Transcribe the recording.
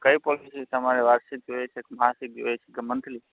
હા કઈ પોલિસી તમારે વાર્ષિક જોઈએ છે કે માસિક જોઈએ છે કે મંથલી